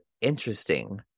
interesting